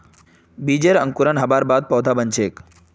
बीजेर अंकुरण हबार बाद पौधा बन छेक